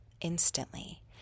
instantly